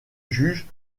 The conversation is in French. juge